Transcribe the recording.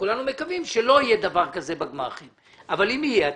כולנו מקווים שלא יהיה דבר כזה בגמ"חים אבל אם יהיה,